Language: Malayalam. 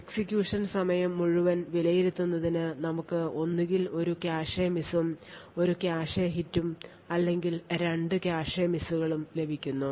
എക്സിക്യൂഷൻ സമയം മുഴുവൻ വിലയിരുത്തുന്നതിന് നമുക്ക് ഒന്നുകിൽ ഒരു കാഷെ മിസും ഒരു കാഷെ ഹിറ്റും അല്ലെങ്കിൽ രണ്ട് കാഷെ മിസ്സുകളും ലഭിക്കുന്നു